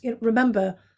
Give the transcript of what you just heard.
remember